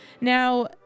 Now